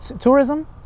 Tourism